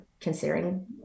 considering